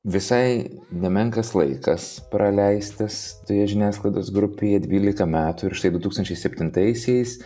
visai nemenkas laikas praleistas toje žiniasklaidos grupėje dvylika metų ir štai du tūkstančiai septintaisiais